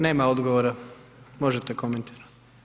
Nema odgovora, možete komentirati.